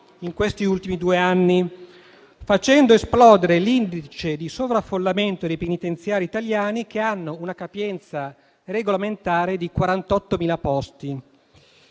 a oltre 61.500 detenuti, facendo esplodere l'indice di sovraffollamento dei penitenziari italiani che hanno una capienza regolamentare di 48.000 posti.